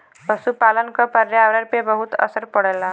पसुपालन क पर्यावरण पे बहुत असर पड़ेला